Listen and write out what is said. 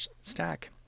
stack